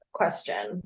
question